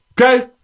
Okay